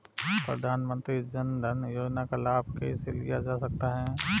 प्रधानमंत्री जनधन योजना का लाभ कैसे लिया जा सकता है?